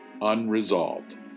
Unresolved